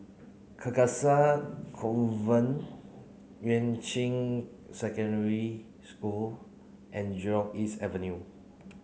Carcasa Convent Yuan Ching Secondary School and Jurong East Avenue